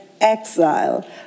exile